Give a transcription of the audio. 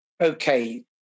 Okay